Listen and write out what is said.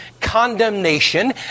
condemnation